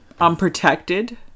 Unprotected